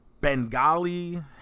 Bengali